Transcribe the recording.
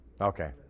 Okay